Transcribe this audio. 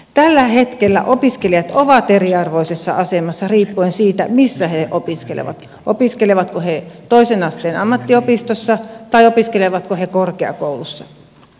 tällä hetkellä opiskelijat ovat eriarvoisessa asemassa riippuen siitä missä he opiskelevat opiskelevatko he toisen asteen ammattiopistossa vai opiskelevatko he korkeakoulussa